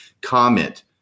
comment